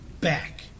back